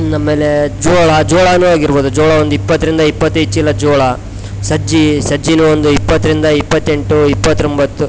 ಆಮೇಲೆ ಜೋಳ ಜೋಳನು ಆಗಿರ್ಬೋದು ಜೋಳ ಒಂದು ಇಪ್ಪತ್ತರಿಂದ ಇಪ್ಪತ್ತೈದು ಚೀಲ ಜೋಳ ಸಜ್ಜೆ ಸಜ್ಜೆನು ಒಂದು ಇಪ್ಪತ್ತರಿಂದ ಇಪ್ಪತ್ತ ಎಂಟು ಇಪ್ಪತ್ತೊಂಬತ್ತು